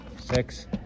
Six